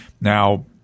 Now